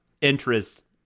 interest